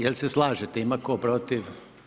Jel' se slažete, ima tko protiv?